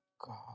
god